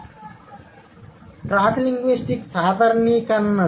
కాబట్టి cross linguistic సాధారణీకరణలు